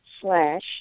slash